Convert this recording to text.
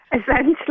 Essentially